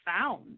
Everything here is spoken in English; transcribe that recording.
found